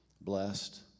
Blessed